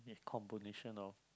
combination of